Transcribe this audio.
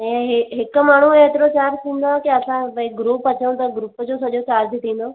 ऐं हे हिकु माण्हू जो हेतिरो चार्ज हूंदो आहे की असां भई ग्रुप अचूं त ग्रुप जो सॼो चार्ज थींदो